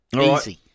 Easy